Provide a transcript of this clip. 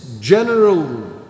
general